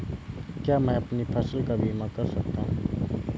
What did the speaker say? क्या मैं अपनी फसल का बीमा कर सकता हूँ?